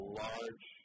large